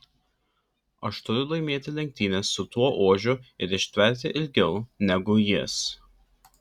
aš turiu laimėti lenktynes su tuo ožiu ir ištverti ilgiau negu jis